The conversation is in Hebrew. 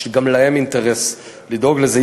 יש גם להם אינטרס לדאוג לזה,